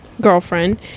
girlfriend